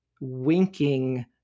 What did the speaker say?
winking